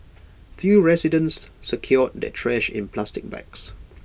few residents secured their trash in plastic bags